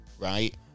right